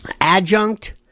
adjunct